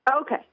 Okay